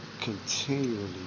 continually